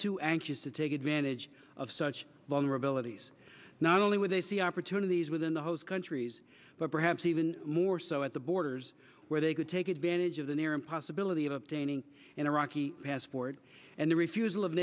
too anxious to take advantage of such vulnerabilities not only would they see opportunities within the host countries but perhaps even more so at the borders where they could take advantage of the narran possibility of obtaining an iraqi passport and the refusal of